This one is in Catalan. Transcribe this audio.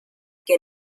que